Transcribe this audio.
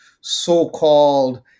so-called